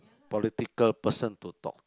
political person to talk